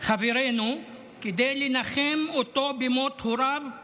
חברנו כדי לנחם אותו במות הוריו הקשישים,